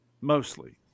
Mostly